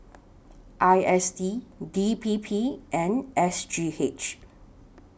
I S D D P P and S G H